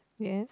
yes